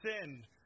sin